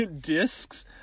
discs